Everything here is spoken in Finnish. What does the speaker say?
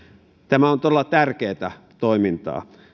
tämä on todella tärkeätä toimintaa